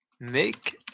Make